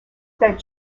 that